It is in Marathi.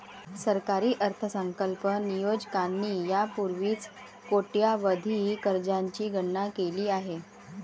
सरकारी अर्थसंकल्प नियोजकांनी यापूर्वीच कोट्यवधी कर्जांची गणना केली आहे